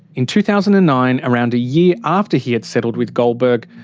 in two thousand and nine, around a year after he had settled with goldberg,